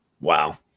Wow